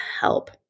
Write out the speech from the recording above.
help